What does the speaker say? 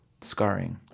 scarring